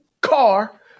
car